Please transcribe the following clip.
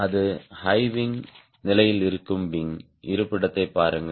அது ஹை விங்நிலையில் இருக்கும் விங் இருப்பிடத்தைப் பாருங்கள்